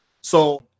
So-